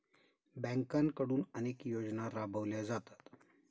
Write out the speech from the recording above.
बँकांकडून अनेक योजना राबवल्या जातात